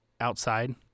outside